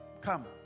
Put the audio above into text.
Come